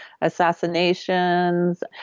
assassinations